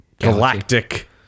galactic